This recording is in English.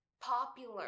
popular